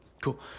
cool